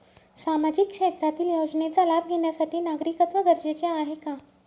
सामाजिक क्षेत्रातील योजनेचा लाभ घेण्यासाठी नागरिकत्व गरजेचे आहे का?